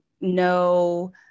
no